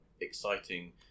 exciting